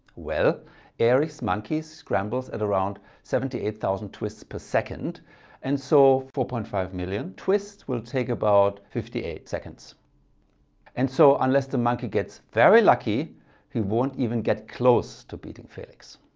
well erich's monkey scrambles at around seventy eight thousand twists per second and so four point five million twists will take about fifty eight seconds and so unless the monkey gets very lucky he won't even get close to beating feliks.